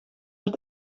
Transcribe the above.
het